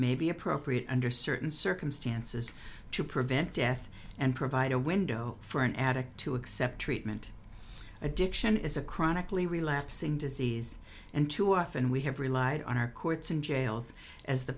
may be appropriate under certain circumstances to prevent death and provide a window for an addict to accept treatment addiction is a chronically relapsing disease and too often we have relied on our courts and jails as the